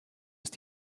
ist